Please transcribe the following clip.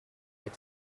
that